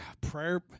prayer